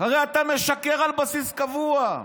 הרי אתה משקר על בסיס קבוע.